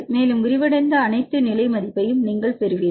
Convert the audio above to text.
மேலும் விரிவடைந்த அனைத்து நிலை மதிப்பையும் நீங்கள் பெறுவீர்கள்